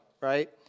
right